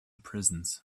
prisons